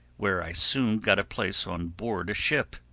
where i soon got a place on board a ship.